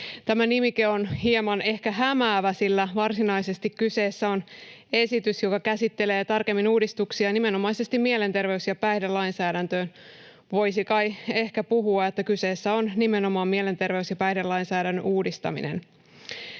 Tämä nimike on ehkä hieman hämäävä, sillä varsinaisesti kyseessä on esitys, joka käsittelee tarkemmin uudistuksia nimenomaisesti mielenterveys- ja päihdelainsäädäntöön. Voisi kai ehkä puhua, että kyseessä on nimenomaan mielenterveys- ja päihdelainsäädännön uudistaminen.